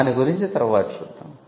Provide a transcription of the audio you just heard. దాని గురించి తర్వాత చూద్దాం